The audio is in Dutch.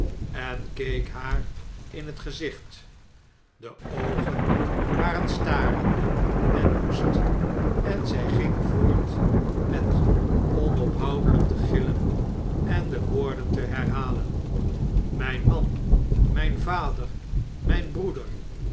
en keek haar in het gezicht de oogen waren starende en woest en zy ging voort met onophoudehj'k te gillen en de woorden te herhalen myn man mijn vader mijn breeder